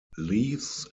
leaves